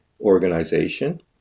organization